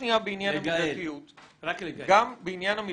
גם בעניין המידתיות,